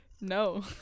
no